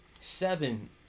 Seven